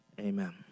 amen